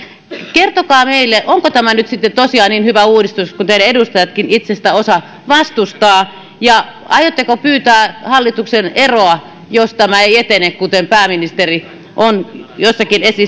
kertokaa meille onko tämä nyt sitten tosiaan niin hyvä uudistus kun osa teidän edustajistakin itse sitä vastustaa aiotteko pyytää hallituksen eroa jos tämä ei etene kuten pääministeri on jossakin